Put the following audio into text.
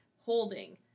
holding